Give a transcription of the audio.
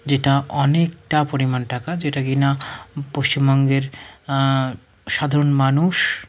যেটা অনেকটা পরিমাণ টাকা যেটা কিনা পশ্চিমবঙ্গের সাধারণ মানুষ